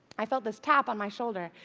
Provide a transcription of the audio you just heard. i felt this tap on my shoulder,